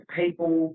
people